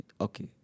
Okay